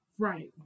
Right